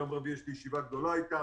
ביום רביעי יש לי ישיבה גדולה איתם,